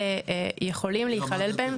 יכולים להיכלל בהם --- מירה,